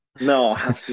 no